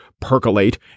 percolate